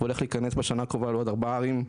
והוא הולך להיכנס בשנה הקרובה לעוד ארבעה ערים נוספות,